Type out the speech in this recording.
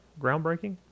groundbreaking